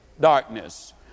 darkness